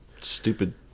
stupid